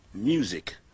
Music